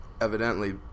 evidently